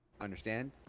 Understand